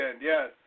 yes